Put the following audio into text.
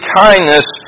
kindness